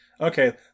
Okay